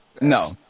No